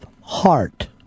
Heart